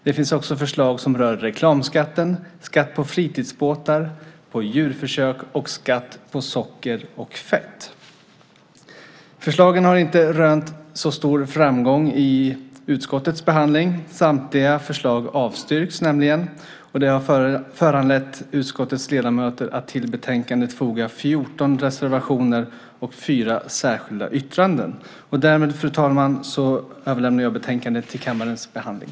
Det finns också förslag som rör reklamskatten, skatt på fritidsbåtar, skatt på djurförsök och skatt på socker och fett. Förslagen har inte rönt så stor framgång i utskottets behandling. Samtliga förslag avstyrks. Det har föranlett utskottets ledamöter att till betänkandet foga 14 reservationer och fyra särskilda yttranden. Fru talman! Därmed överlämnar jag betänkandet till kammarens behandling.